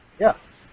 Yes